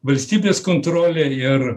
valstybės kontrolė ir